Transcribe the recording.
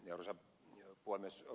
arvoisa puhemies